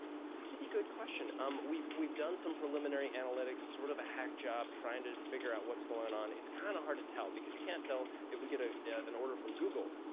really good question. um we've we've done some preliminary analytics. sort of a hack job. trying to figure out what's going on. it's kind of hard to tell, because you can't tell if we get ah an order from google,